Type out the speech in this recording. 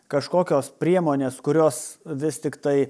kažkokios priemonės kurios vis tiktai